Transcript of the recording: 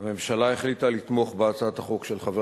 הממשלה החליטה לתמוך בהצעת החוק של חבר